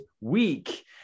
week